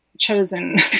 chosen